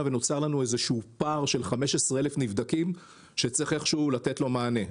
ונוצר לנו פער של 15,000 נבדקים שצריך לתת לו מענה.